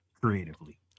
creatively